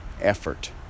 effort